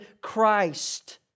Christ